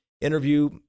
interview